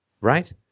Right